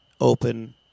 open